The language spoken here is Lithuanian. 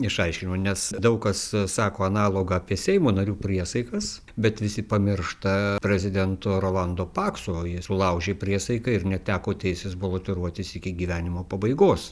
išaiškinimo nes daug kas sako analogą apie seimo narių priesaikas bet visi pamiršta prezidento rolando pakso jis sulaužė priesaiką ir neteko teisės balotiruotis iki gyvenimo pabaigos